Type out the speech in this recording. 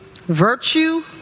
virtue